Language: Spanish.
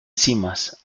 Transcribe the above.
cimas